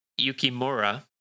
Yukimura